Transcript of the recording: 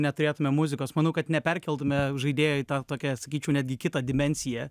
neturėtumėm muzikos manau kad neperkeltume žaidėjo į tą tokią sakyčiau netgi kitą dimensiją